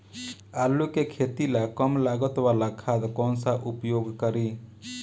आलू के खेती ला कम लागत वाला खाद कौन सा उपयोग करी?